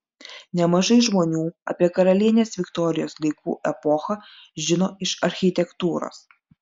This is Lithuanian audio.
nemažai žmonių apie karalienės viktorijos laikų epochą žino iš architektūros